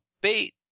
bait